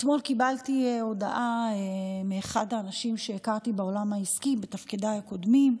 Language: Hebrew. אתמול קיבלתי הודעה מאחד האנשים שהכרתי בעולם העסקי בתפקידיי הקודמים,